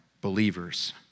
believers